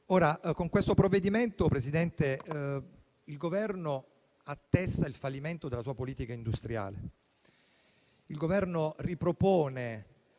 temi. Con questo provvedimento il Governo attesta il fallimento della sua politica industriale. Il Governo ripropone,